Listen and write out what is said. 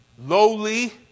lowly